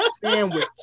sandwich